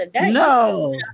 No